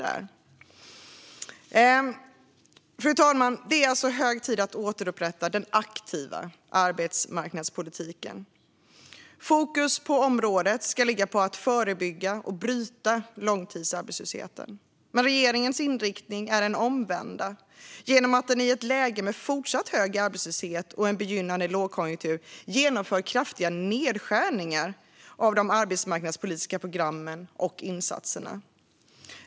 Fru talman! Det är alltså hög tid att återupprätta den aktiva arbetsmarknadspolitiken. Fokus på området ska ligga på att förebygga och bryta långtidsarbetslösheten. Men regeringens inriktning är den omvända genom att den i ett läge med fortsatt hög arbetslöshet och en begynnande lågkonjunktur genomför kraftiga nedskärningar av de arbetsmarknadspolitiska programmen och insatserna.